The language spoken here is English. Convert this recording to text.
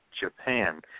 Japan